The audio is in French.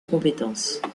compétences